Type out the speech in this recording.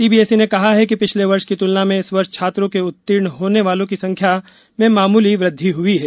CBSE ने कहा है कि पिछले वर्ष की तुलना में इस वर्ष छात्रों के उर्त्तीण होने की संख्या में मामूली वृद्वि हुई है